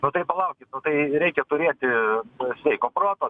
nu tai palaukit tai reikia turėti sveiko proto